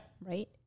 Right